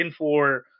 Infor